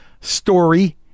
story